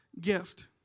gift